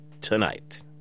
tonight